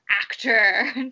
actor